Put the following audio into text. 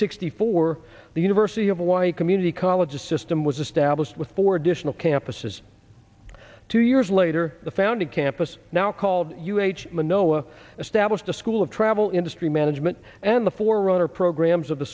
sixty four the university of hawaii community college a system was established with four additional campuses two years later the founded campus now called you age minoa established a school of travel industry management and the four runner programs of the